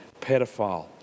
pedophile